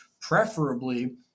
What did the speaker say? preferably